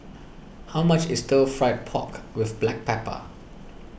how much is Stir Fried Pork with Black Pepper